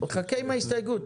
חכה עם ההסתייגות.